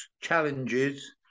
challenges